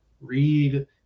read